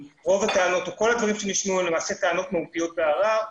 כל הדברים שנשמעו אלה למעשה טענות מהותיות בערר.